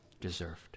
deserved